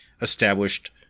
established